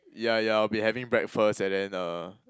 ya ya I'll be having breakfast and then uh